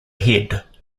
head